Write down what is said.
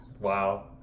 wow